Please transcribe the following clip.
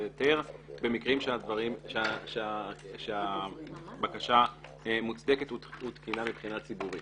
היתר במקרים שהבקשה מוצדקת ותקינה מבחינה ציבורית.